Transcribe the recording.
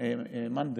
מאן דהוא?